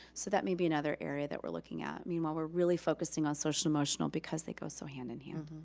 so that may be another area that we're looking at, meanwhile we're really focusing on social-emotional because they go so hand-in-hand.